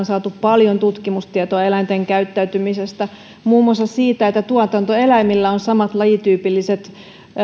saatu paljon tutkimustietoa eläinten käyttäytymisestä muun muassa siitä että tuotantoeläimillä on samat lajityypilliset